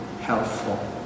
helpful